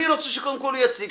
אני רוצה שהוא קודם כל יציג,